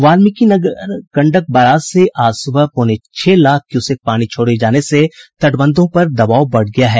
Valmiki Nagar Gandak barrage से आज सुबह से पौने छह लाख क्यूसेक पानी छोड़े जाने से तटबंधों पर दबाव बढ़ गया है